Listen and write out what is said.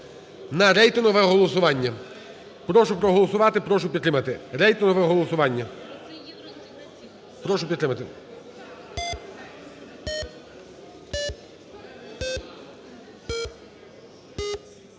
на рейтингове голосування. Прошу проголосувати, прошу підтримати. Рейтингове голосування. Прошу підтримати.